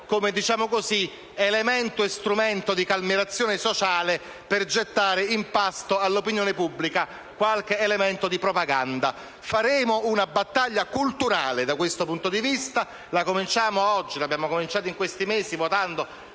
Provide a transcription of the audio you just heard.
come elemento e strumento di calmieramento sociale per gettare in pasto all'opinione pubblica qualche elemento di propaganda. Faremo una battaglia culturale da questo punto di vista. La cominciamo oggi; l'abbiamo cominciata in questi mesi votando